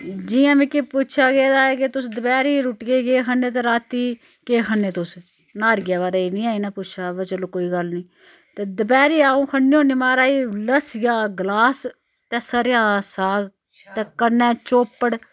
जियां मिगी पुच्छेआ गेदा ऐ कि तुस दपैह्री रुट्टियै केह् खन्ने ते राती केह् खन्ने तुस न्हारियै बारै च नी इनें पुच्छेआ पर चलो कोई गल्ल नेईं ते दपैह्री अ'ऊं खन्ने होन्ने महाराज लस्सिया दा गलास ते सरेआं दा साग ते कन्नै चौपड़